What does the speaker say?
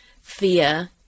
fear